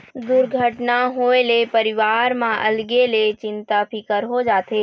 दुरघटना होए ले परिवार म अलगे ले चिंता फिकर हो जाथे